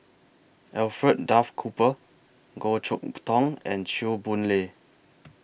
Alfred Duff Cooper Goh Chok Tong and Chew Boon Lay